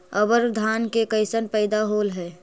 अबर धान के कैसन पैदा होल हा?